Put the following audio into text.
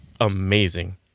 amazing